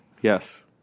Yes